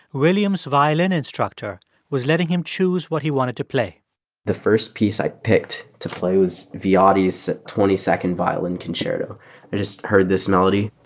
william's violin instructor was letting him choose what he wanted to play the first piece i picked to play was viotti's twenty two violin concerto. i just heard this melody